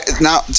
now